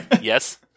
Yes